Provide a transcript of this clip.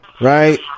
Right